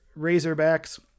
Razorbacks